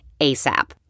ASAP